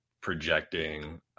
projecting